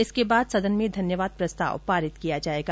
इसके बाद सदन में धन्यवाद प्रस्ताव पारित किया जायेगा